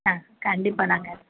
ஆ கண்டிப்பாக நாங்கள்